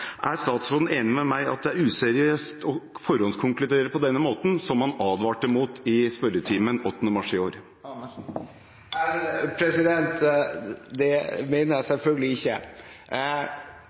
Er statsråden enig med meg i at det er useriøst å forhåndskonkludere på denne måten, slik han advarte mot i spørretimen den 8. mars i år? Det mener jeg selvfølgelig ikke,